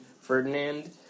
Ferdinand